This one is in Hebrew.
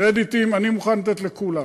קרדיטים אני מוכן לתת לכולם.